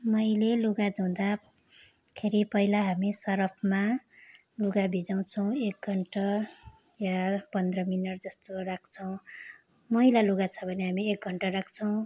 मैले लुगा धुँदाखेरि पहिला हामी सर्फमा लुगा भिजाउँछौँ एक घन्टा या पन्ध्र मिनट जस्तो राख्छौँ मैला लुगा छ भने हामी एक घन्टा राख्छौँ